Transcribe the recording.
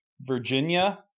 virginia